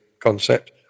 concept